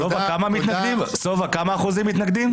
סובה, כמה אחוזים מתנגדים?